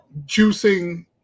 juicing